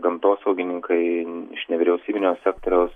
gamtosaugininkai iš nevyriausybinio sektoriaus